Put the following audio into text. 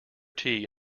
tea